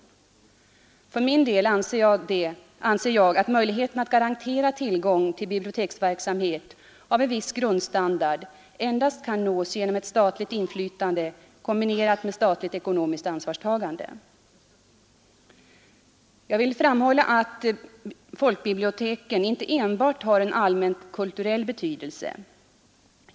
För min del anser jag att möjligheten att garantera tillgång till biblioteksverksamhet av en viss grundstandard endast kan nås genom ett statligt inflytande kombinerat med ett statligt ekonomiskt ansvarstagande Jag vill framhålla att folkbiblioteken inte enbart har en allmänt kulturell betydelse.